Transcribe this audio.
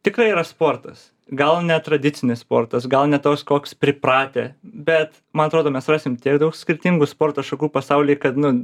tikrai yra sportas gal netradicinis sportas gal ne toks koks pripratę bet man atrodo mes rasim tiek daug skirtingų sporto šakų pasauly kad nu